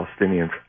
Palestinians